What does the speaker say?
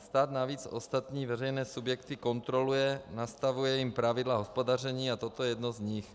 Stát navíc ostatní veřejné subjekty kontroluje, nastavuje jim pravidla hospodaření a toto je jedno z nich.